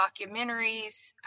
documentaries